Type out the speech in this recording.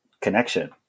connection